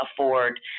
afford